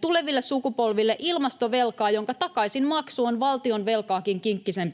tuleville sukupolville ilmastovelkaa, jonka takaisinmaksu on valtionvelkaakin kinkkisempi kysymys.